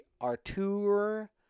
Artur